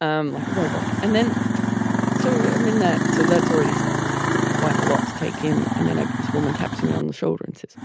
i'm like a robot. and then so i mean that. so that's already quite a lot to take in. and then ah this woman taps me on the shoulder and says